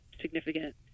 significant